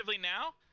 now